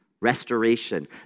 Restoration